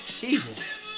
Jesus